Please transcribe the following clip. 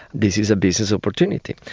this is a business opportunity.